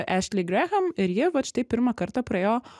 ešli grecham ir ji vat štai pirmą kartą praėjo